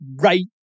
right